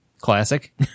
classic